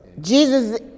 Jesus